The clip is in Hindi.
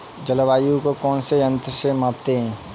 जलवायु को कौन से यंत्र से मापते हैं?